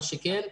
מה שכן,